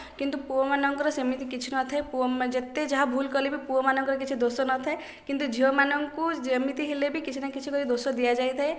କିନ୍ତୁ ପୁଅମାନଙ୍କର ସେମିତି କିଛି ନ ଥାଏ ପୁଅ ଯେତେ ଯାହା ଭୂଲ କଲେ ବି ପୁଅମାନଙ୍କର କିଛି ଦୋଷ ନ ଥାଏ କିନ୍ତୁ ଝିଅ ମାନଙ୍କୁ ଯେମିତି ହେଲେ ବି କିଛି ନା କିଛି କହି ଦୋଷ ଦିଆ ଯାଇଥାଏ